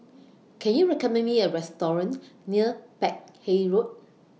Can YOU recommend Me A Restaurant near Peck Hay Road